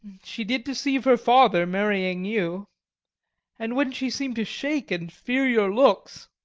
she did deceive her father, marrying you and when she seem'd to shake and fear your looks,